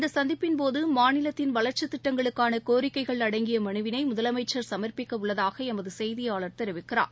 இந்த சுந்திப்பின்போது மாநிலத்தின் வளர்ச்சித் திட்டங்களுக்கான கோரிக்கைகள் அடங்கிய மனுவினை முதலமைச்சர் சமர்ப்பிக்க உள்ளதாக எமது செய்தியாளர் தெரிவிக்கிறார்